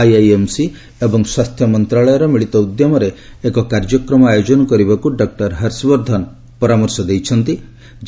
IIMC ଏବଂ ସ୍ୱାସ୍ଥ୍ୟ ମନ୍ତ୍ରଣାଳୟର ମିଳିତ ଉଦ୍ୟମରେ ଏକ କାର୍ଯ୍ୟକ୍ରମ ଆୟୋଜନ କରିବାକୁ ଡକୁର ହର୍ଷବର୍ଦ୍ଧନ ପରାମର୍ଶ ଦେଇଛନ୍ତି